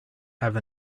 have